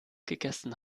gegessen